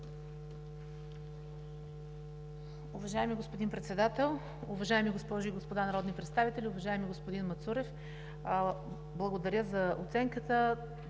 Уважаеми господин Председател, уважаеми госпожи и господа народни представители! Уважаеми господин Мацурев, благодаря за оценката.